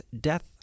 Death